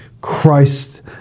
Christ